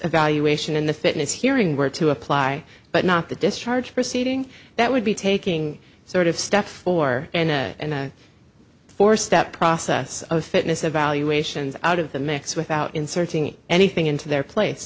evaluation in the fitness hearing were to apply but not the discharge proceeding that would be taking sort of step four and a four step process of fitness evaluations out of the mix without inserting anything into their place